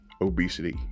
obesity